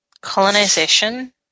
colonization